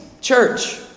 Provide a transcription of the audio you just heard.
church